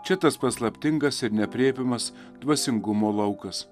čia tas paslaptingas ir neaprėpiamas dvasingumo laukas